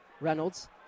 Reynolds